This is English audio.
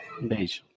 Beijo